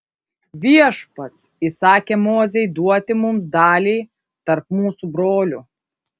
viešpats įsakė mozei duoti mums dalį tarp mūsų brolių